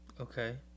Okay